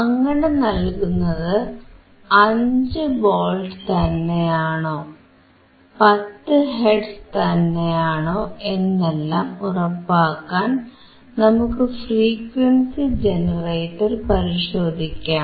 അങ്ങനെ നൽകുന്നത് അഞ്ചു വോൾട്ട് തന്നെയാണോ 10 ഹെർട്സ് തന്നെയാണോ എന്നെല്ലാം ഉറപ്പാക്കാൻ നമുക്ക് ഫ്രീക്വൻസി ജനറേറ്റർ പരിശോധിക്കാം